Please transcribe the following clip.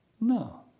no